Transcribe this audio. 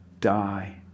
die